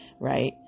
right